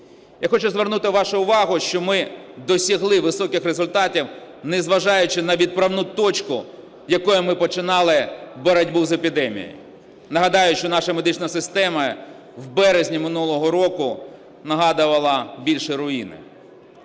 Я хочу звернути вашу увагу, що ми досягли високих результатів, не зважаючи на відправну точку, з якої ми починали боротьбу з епідемією. Нагадаю, що наша медична система в березні минулого року нагадувала більше руїни.